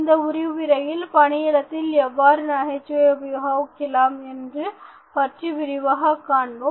இந்த விரிவுரையில் பணியிடத்தில் எவ்வாறு நகைச்சுவையை உபயோகிக்கலாம் என்பது பற்றி விரிவாக காண்போம்